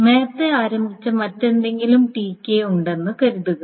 നേരത്തെ ആരംഭിച്ച മറ്റേതെങ്കിലും Tk ഉണ്ടെന്ന് കരുതുക